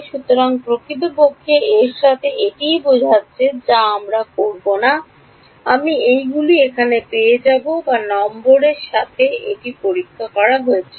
সুতরাং প্রকৃতপক্ষে এর সাথে এটিই বোঝাচ্ছে আমি যা করব না আমি এইগুলি এখানে পেয়ে যাব না নম্বর প্রান্তের সাথে এটি পরীক্ষা করা হয়েছিল